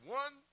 one